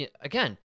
again